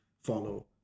follow